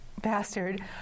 bastard